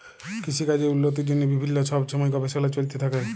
কিসিকাজের উল্লতির জ্যনহে বিভিল্ল্য ছব ছময় গবেষলা চলতে থ্যাকে